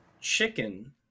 chicken